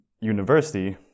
university